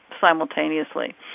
simultaneously